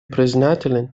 признателен